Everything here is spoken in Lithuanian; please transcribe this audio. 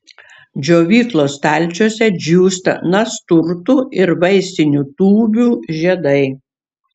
džiovyklos stalčiuose džiūsta nasturtų ir vaistinių tūbių žiedai